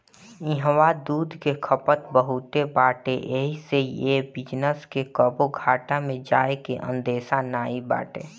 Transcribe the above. इहवा दूध के खपत बहुते बाटे एही से ए बिजनेस के कबो घाटा में जाए के अंदेशा नाई बाटे